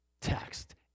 text